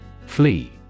Flee